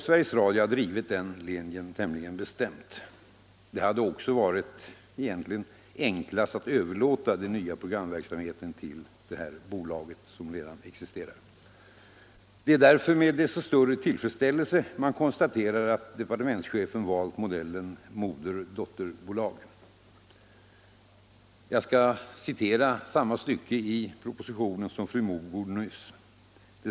Sveriges Radio har drivit denna linje tämligen bestämt. Det hade också egentligen varit enklast att överlåta den nya programverksamheten till detta bolag, som redan existerar. Det är därför med desto större tillfredsställelse man konstaterar att departementschefen valt modellen moder-dotterbolag. Jag skall citera samma stycke i propositionen som fru Mogård nyss citerade.